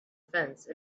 fence